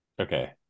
Okay